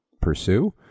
pursue